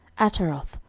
ataroth,